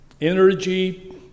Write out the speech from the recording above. energy